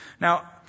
Now